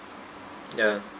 ya